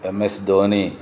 ఎం S Dhoni